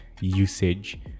usage